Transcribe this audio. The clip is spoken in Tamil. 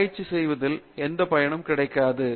ஆராய்ச்சி செய்வதில் எந்தப் பயனும் கிடைக்காது